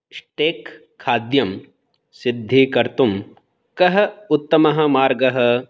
stack खाद्यं सिद्धीकर्तुं कः उत्तमः मार्गः